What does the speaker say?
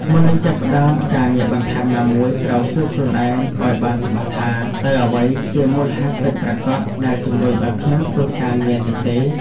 មុននឹងចាប់ផ្តើមការងារបន្ថែមណាមួយ ត្រូវសួរខ្លួនឯងឱ្យបានច្បាស់ថា តើអ្វីជាមូលហេតុពិតប្រាកដដែលជំរុញឱ្យខ្ញុំធ្វើការងារនេះទេ។